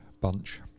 bunch